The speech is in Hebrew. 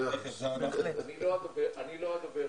אני לא הדובר,